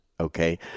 Okay